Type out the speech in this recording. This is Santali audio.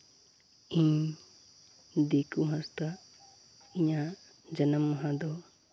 ᱤᱧ ᱫᱤᱠᱩ ᱦᱟᱸᱥᱫᱟ ᱤᱧᱟᱹᱜ ᱡᱟᱱᱟᱢ ᱢᱟᱦᱟ ᱫᱚ